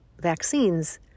vaccines